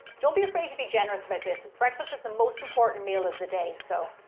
don't be afraid to be generous about this, and breakfast is the most important meal of the day, so,